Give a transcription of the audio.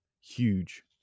huge